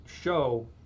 show